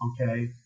Okay